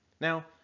Now